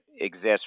exists